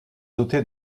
dotée